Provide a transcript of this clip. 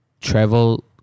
Travel